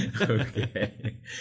Okay